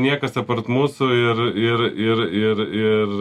niekas apart mūsų ir ir ir ir ir